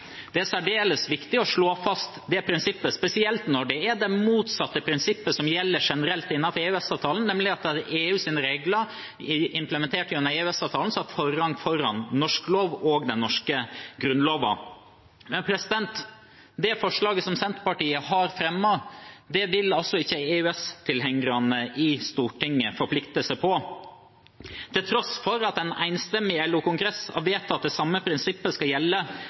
Det er særdeles viktig å slå fast det prinsippet, spesielt når det er det motsatte prinsippet som gjelder generelt innenfor EØS-avtalen, nemlig at det er EU sine regler, implementert gjennom EØS-avtalen, som har forrang foran norsk lov og den norske grunnloven. Men det forslaget som Senterpartiet har fremmet, vil altså ikke EØS-tilhengerne i Stortinget forplikte seg på, til tross for at en enstemmig LO-kongress har vedtatt at det samme prinsippet skal gjelde